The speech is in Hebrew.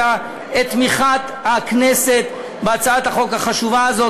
את תמיכת הכנסת בהצעת החוק החשובה הזאת.